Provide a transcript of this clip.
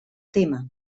tema